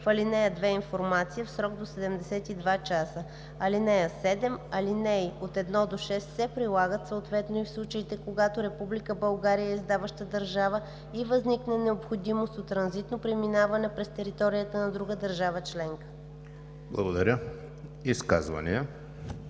в ал. 2 информация в срок до 72 часа. (7) Алинеи 1 – 6 се прилагат съответно и в случаите, когато Република България е издаваща държава и възникна необходимост от транзитно преминаване през територията на друга държава членка.“ ПРЕДСЕДАТЕЛ